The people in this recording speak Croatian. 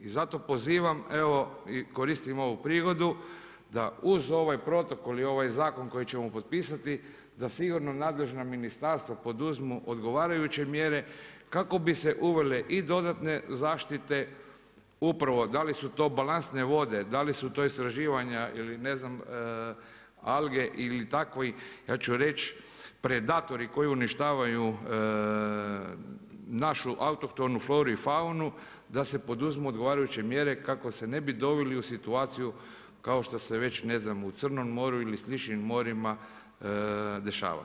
I zato pozivam evo i koristim ovu prigodu da uz ovaj protokol i ovaj zakon koji ćemo potpisati, da sigurno nadležna ministarstva poduzmu odgovarajuće mjere kako bi se uvele i dodatne zaštite upravo, da li su to balastne vode, da li su to istraživanja ili ne znam alge ili takvi predatori koji uništavaju našu autohtonu floru i faunu, da se poduzmu odgovarajuće mjere kako se ne bi doveli u situaciju kao što se već ne znam u Crnom moru ili sličnim morima dešava.